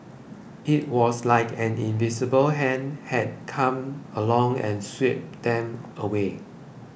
it was like an invisible hand had come along and swept them away